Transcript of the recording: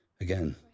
again